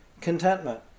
contentment